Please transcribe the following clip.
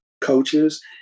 coaches